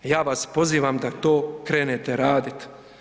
Ja vas pozivam da to krenete radit.